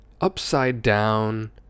upside-down